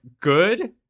good